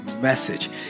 message